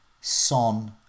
Son